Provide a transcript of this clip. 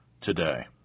today